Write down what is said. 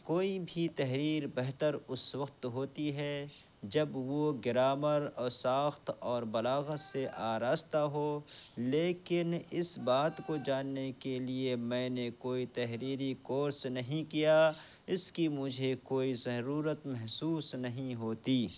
کوئی بھی تحریر بہتر اس وقت ہوتی ہے جب وہ گرامر اور ساخت اور بلاغت سے آراستہ ہو لیکن اس بات کو جاننے کے لیے میں نے کوئی تحریری کورس نہیں کیا اس کی مجھے کوئی ضرورت محسوس نہیں ہوتی